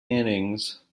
innings